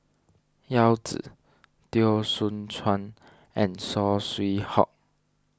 Yao Zi Teo Soon Chuan and Saw Swee Hock